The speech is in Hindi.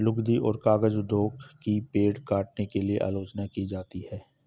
लुगदी और कागज उद्योग की पेड़ काटने के लिए आलोचना की जाती है